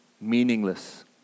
meaningless